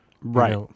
right